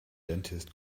dentist